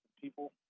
people